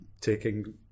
taking